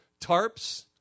Tarps